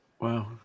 wow